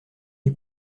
les